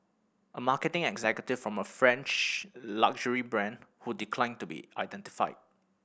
a marketing executive from a French luxury brand who declined to be identified